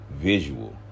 visual